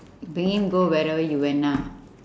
bring him go wherever you went ah